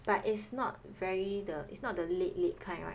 but is not very the is not the late late kind right